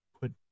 put